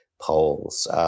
polls